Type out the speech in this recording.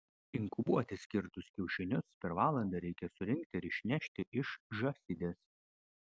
inkubuoti skirtus kiaušinius per valandą reikia surinkti ir išnešti iš žąsidės